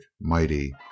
mighty